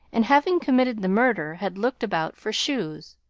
and, having committed the murder, had looked about for shoes.